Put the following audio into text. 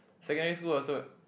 secondary school also